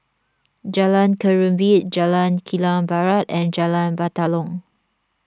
Jalan Ketumbit Jalan Kilang Barat and Jalan Batalong